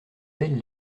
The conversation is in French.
belles